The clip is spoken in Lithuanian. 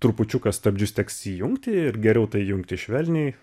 trupučiuką stabdžius teks įjungti ir geriau tai jungti švelniai